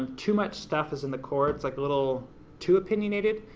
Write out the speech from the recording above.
um too much stuff is in the core, it's like a little too opinionated,